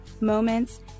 moments